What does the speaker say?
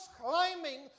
climbing